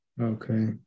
Okay